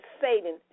Satan